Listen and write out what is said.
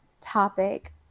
topic